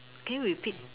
can you repeat